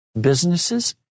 businesses